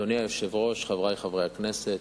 אדוני היושב-ראש, חברי חברי הכנסת,